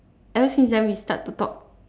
ever since then we start to talk